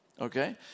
okay